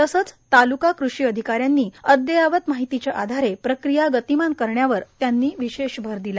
तसंच ताल्का कृषी अधिकाऱ्यांनी अद्ययावत माहितीच्या आधारे प्रक्रिया गतिमान करण्यावर त्यांनी विशेष भर दिला